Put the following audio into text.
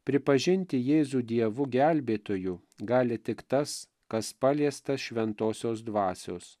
pripažinti jėzų dievu gelbėtoju gali tik tas kas paliestas šventosios dvasios